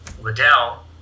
Liddell